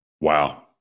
wow